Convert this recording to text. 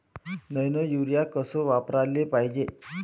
Nano urea कस वापराले पायजे?